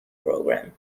program